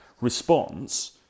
response